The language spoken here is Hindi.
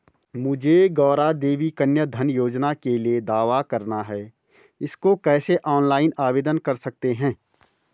मुझे गौरा देवी कन्या धन योजना के लिए दावा करना है इसको कैसे ऑनलाइन आवेदन कर सकते हैं?